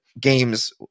games